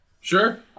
Sure